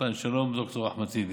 שלום, ד"ר אחמד טיבי,